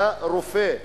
לרופא,